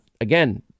Again